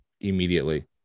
immediately